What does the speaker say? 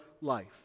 life